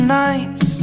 nights